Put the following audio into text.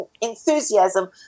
enthusiasm